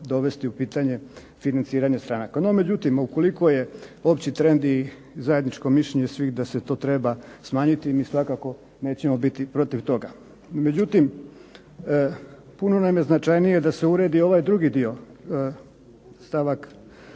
dovesti u pitanje financiranje stranaka. No međutim ukoliko je opći trend i zajedničko mišljenje svih da se to treba smanjiti, mi svakako nećemo biti protiv toga. Međutim puno nam je značajnije da se uredi ovaj drugi dio stavak